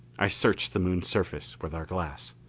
i searched the moon's surface with our glass.